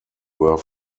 were